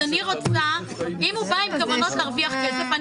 אם הוא בא עם כוונות להרוויח כסף,